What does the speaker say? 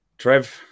Trev